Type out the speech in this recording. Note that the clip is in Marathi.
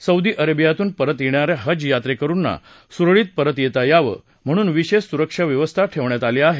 सौदी अरेबियातून परत येणाऱ्या हज यात्रेकरुंना सुरळीत परत येता यावं म्हणून विशेष सुरक्षा व्यवस्था ठेवण्यात आली आहे